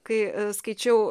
kai skaičiau